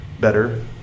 better